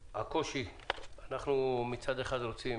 אנחנו מצד אחד רוצים